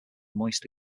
moist